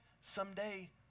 someday